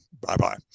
Bye-bye